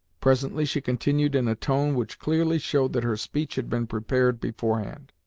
presently she continued in a tone which clearly showed that her speech had been prepared beforehand,